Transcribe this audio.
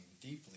deeply